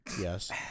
Yes